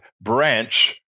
branch